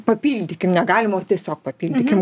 papildykim ne galima o tiesiog papildykim